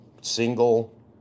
single